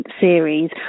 series